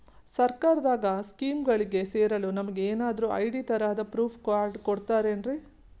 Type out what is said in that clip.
ಸರ್ಕಾರದ ಸ್ಕೀಮ್ಗಳಿಗೆ ಸೇರಲು ನಮಗೆ ಏನಾದ್ರು ಐ.ಡಿ ತರಹದ ಪ್ರೂಫ್ ಕಾರ್ಡ್ ಕೊಡುತ್ತಾರೆನ್ರಿ?